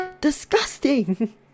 Disgusting